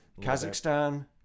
Kazakhstan